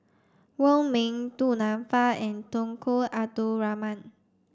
Wong Ming Du Nanfa and Tunku Abdul Rahman